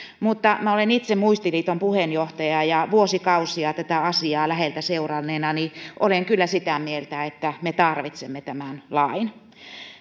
mutta olen itse muistiliiton puheenjohtaja ja vuosikausia tätä asiaa läheltä seuranneena olen kyllä sitä mieltä että me tarvitsemme tämän lain